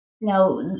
Now